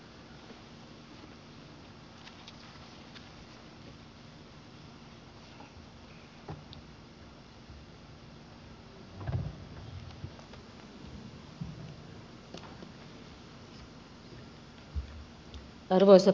arvoisa puhemies